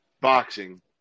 boxing